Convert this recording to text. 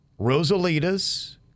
Rosalita's